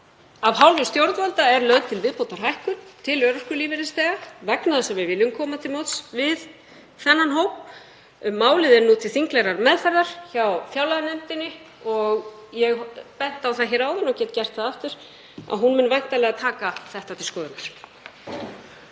af hálfu stjórnvalda er lögð til viðbótarhækkun til örorkulífeyrisþega vegna þess að við viljum koma til móts við þann hóp. Málið er nú til þinglegrar meðferðar hjá fjárlaganefnd og ég benti á það hér áðan og get gert það aftur að hún mun væntanlega taka þetta til skoðunar.